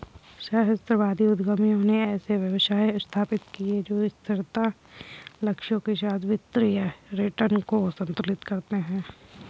सहस्राब्दी उद्यमियों ने ऐसे व्यवसाय स्थापित किए जो स्थिरता लक्ष्यों के साथ वित्तीय रिटर्न को संतुलित करते हैं